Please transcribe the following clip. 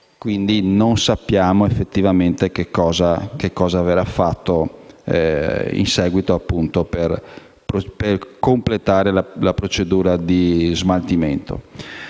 Quindi, non sappiamo effettivamente che cosa verrà fatto in seguito per completare la procedura di smaltimento.